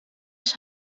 ich